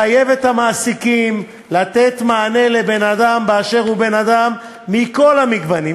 לחייב את המעסיקים לתת מענה לבן-אדם באשר הוא בן-אדם מכל המגוון,